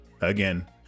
Again